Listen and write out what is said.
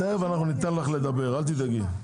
תיכף ניתן לך לדבר, אל תדאגי.